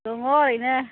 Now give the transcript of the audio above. दङ ओरैनो